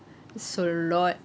it's a lot